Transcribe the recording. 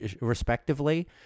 respectively